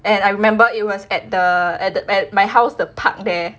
and I remember it was at the at at my house the park there